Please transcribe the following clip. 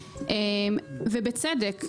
ובצדק,